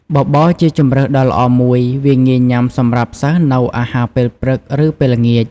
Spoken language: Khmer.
បបរជាជម្រើសដ៏ល្អមួយ វាងាយញុាំសម្រាប់សិស្សនៅអាហារពេលព្រឹកឫពេលល្ងាច។